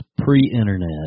pre-internet